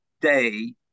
day